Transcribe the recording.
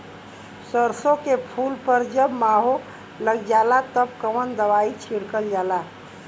सरसो के फूल पर जब माहो लग जाला तब कवन दवाई छिड़कल जाला?